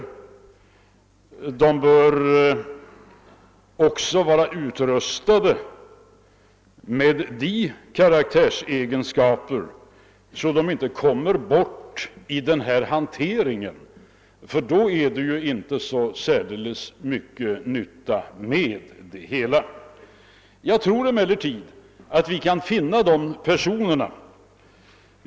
Vidare bör de vara utrustade med sådana karaktärsegenskaper att de inte kommer bort i den här hanteringen, ty då skulle det inte vara så särdels stor nytta med det hela. Jag tror emellertid att vi kan finna dessa personer.